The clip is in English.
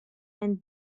and